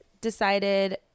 decided